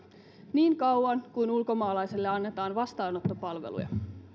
niin kauan kuin ulkomaalaiselle annetaan vastaanottopalveluja